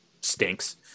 stinks